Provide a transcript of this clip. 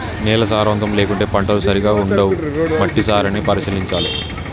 నేల సారవంతం లేకుంటే పంటలు సరిగా పండవు, మట్టి సారాన్ని పరిశీలించాలె